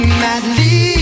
madly